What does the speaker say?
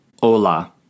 Hola